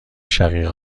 شقیقه